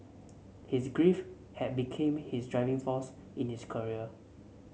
his grief had became his driving force in his career